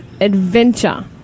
Adventure